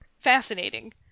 fascinating